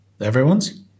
Everyone's